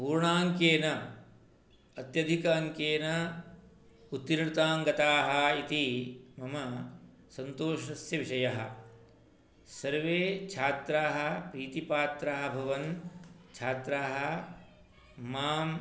पूर्णाङ्केन अत्यधिक अङ्केन उत्तीर्णतां गताः इति मम सन्तोषस्य विषयः सर्वे छात्राः प्रीतिपात्राः अभवन् छात्राः मां